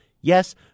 Yes